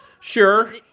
Sure